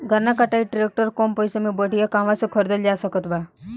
गन्ना कटाई ट्रैक्टर कम पैसे में बढ़िया कहवा से खरिदल जा सकत बा?